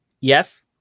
yes